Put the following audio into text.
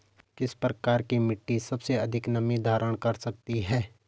किस प्रकार की मिट्टी सबसे अधिक नमी धारण कर सकती है?